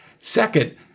Second